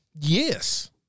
Yes